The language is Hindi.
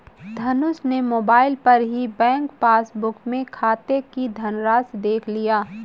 धनुष ने मोबाइल पर ही बैंक पासबुक में खाते की धनराशि देख लिया